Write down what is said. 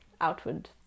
outward